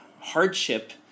hardship